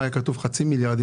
היה כתוב חצי מיליארד,